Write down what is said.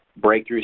Breakthroughs